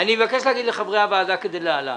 אני מבקש להגיד לחברי הוועדה כדלהלן,